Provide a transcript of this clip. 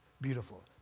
Beautiful